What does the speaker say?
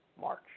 March